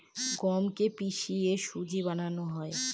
গমকে কে পিষে সুজি বানানো হয়